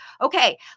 Okay